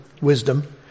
wisdom